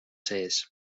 sees